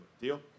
Deal